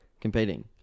Competing